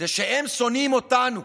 הוא שהם שונאים אותנו,